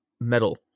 metal